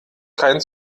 kein